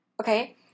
Okay